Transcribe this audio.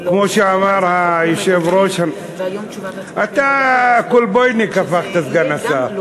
כמו שאמר היושב-ראש, אתה כולבויניק הפכת, סגן השר.